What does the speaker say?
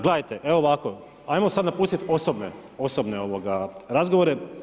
Gledajte, evo ovako, ajmo sada napustiti osobne razgovore.